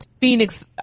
Phoenix